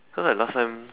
so like last time